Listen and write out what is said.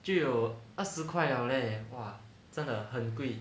就有二十块 liao leh !wah! 真的很贵